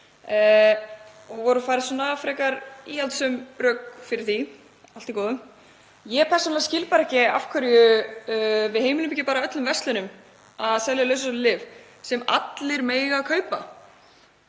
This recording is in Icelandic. og voru færð svona frekar íhaldssöm rök fyrir því. Allt í góðu. Ég skil persónulega bara ekki af hverju við heimilum ekki öllum verslunum að selja lausasölulyf sem allir mega kaupa.